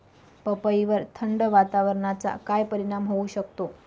पपईवर थंड वातावरणाचा काय परिणाम होऊ शकतो?